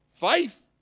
Faith